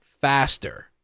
faster